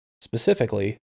specifically